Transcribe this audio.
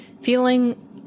feeling